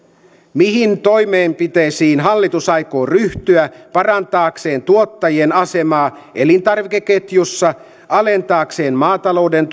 mihin toimenpiteisiin hallitus aikoo ryhtyä parantaakseen tuottajien asemaa elintarvikeketjussa alentaakseen maatalouden